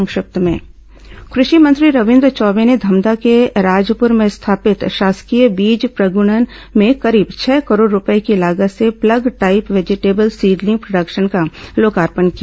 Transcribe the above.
संक्षिप्त समाचार कृषि मंत्री रविन्द्र चौबे ने धमधा के राजपुर में स्थापित शासकीय बीज प्रगुणन में करीब छह करोड़ रूपये की लागत से plug type vegetable seedling production का लोकार्पण किया